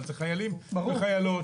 אבל זה חיילים וחיילות.